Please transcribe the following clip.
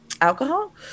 alcohol